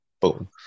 boom